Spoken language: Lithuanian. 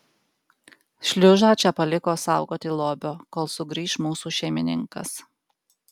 šliužą čia paliko saugoti lobio kol sugrįš mūsų šeimininkas